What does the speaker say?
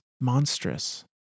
monstrous